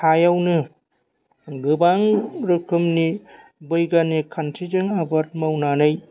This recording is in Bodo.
हायावनो गोबां रोखोमनि बैगानिक खान्थिजों आबाद मावनानै